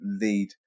lead